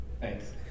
Thanks